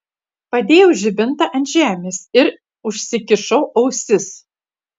padėjau žibintą ant žemės ir užsikišau ausis